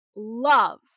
love